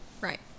right